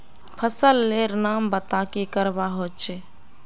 फसल लेर नाम बता की करवा होचे?